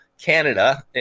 Canada